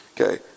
Okay